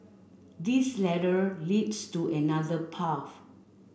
this ladder leads to another path